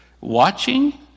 watching